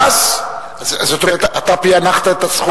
ש"ס, זאת אומרת, אתה פענחת את הסכום.